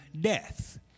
death